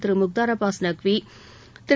Thiru Mukhtar Abbas Naqvi Thiru